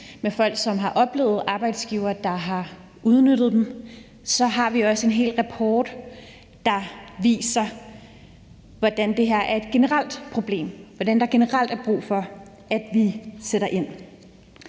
med folk, som har oplevet arbejdsgivere, der har udnyttet dem, så har vi også en hel rapport, der viser, hvordan det her er et generelt problem; hvordan der generelt er brug for, at vi sætter ind.